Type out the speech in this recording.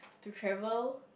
to travel